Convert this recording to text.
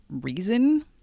reason